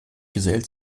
gesellt